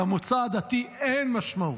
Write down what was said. למוצא העדתי אין משמעות.